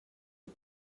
aux